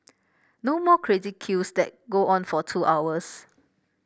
no more crazy queues that go on for two hours